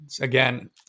Again